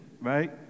right